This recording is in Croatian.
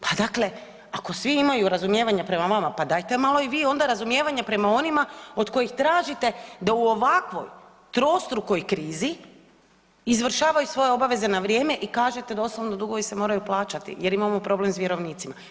Pa dakle ako svi imaju razumijevanja prema vama, pa dajte malo onda i vi malo razumijevanja prema onima od kojih tražite da u ovakvoj trostrukoj krizi izvršavaju svoje obaveze na vrijeme i kažete doslovno dugovi se moraju plaćati jer imamo problem s vjerovnicima.